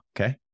okay